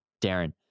darren